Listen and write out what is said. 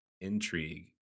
intrigue